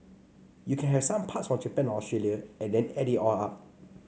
you can have some parts from Japan or Australia and then add it all up